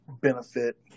benefit